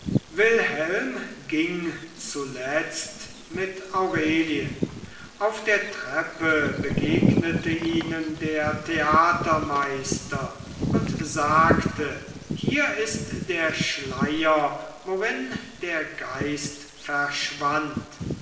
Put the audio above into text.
wilhelm ging zuletzt mit aurelien auf der treppe begegnete ihnen der theatermeister und sagte hier ist der schleier worin der geist verschwand